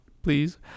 Please